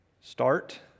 Start